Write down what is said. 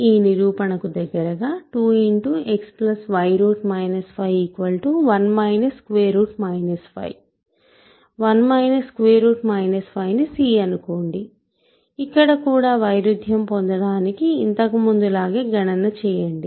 ఈ నిరూపణకు దగ్గరగా 2x y 5 1 51 5ని c అనుకోండి ఇక్కడ కూడా వైరుధ్యం పొందడానికి ఇంతకు ముందు లాగే గణన చేయండి